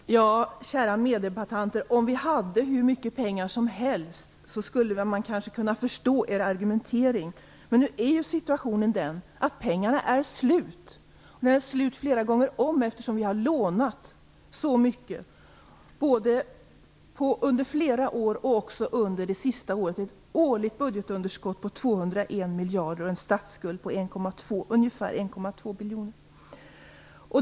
Fru talman! Kära meddebattörer! Om vi hade hur mycket pengar som helst skulle jag kanske kunna förstå er argumentering. Nu är ju situationen den att pengarna är slut. De är slut flera gånger om, eftersom vi har lånat så mycket under flera år. Vi har ett årligt budgetunderskott på 201 miljarder och en statsskuld på ungefär 1,2 biljoner.